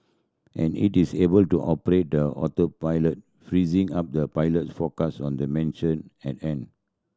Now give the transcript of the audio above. and it is able to operate the autopilot freezing up the pilot focus on the mission at hand